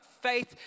faith